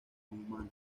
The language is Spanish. humanos